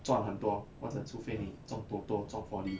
赚很多或者除非你中 Toto 中 four D